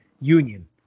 union